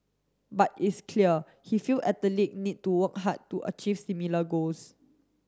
but it's clear he feels athlete need to work hard to achieve similar goals